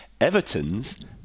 Everton's